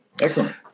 Excellent